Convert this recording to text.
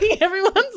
everyone's